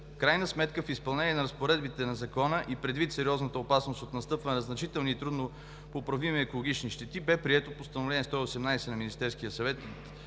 крайна сметка в изпълнение на разпоредбите на Закона и предвид сериозната опасност от настъпване на значителни трудно поправими екологични щети, бе прието Постановление № 118 на Министерския съвет